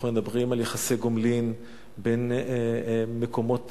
אנחנו מדברים יחסי גומלין בין מקומות